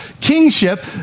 kingship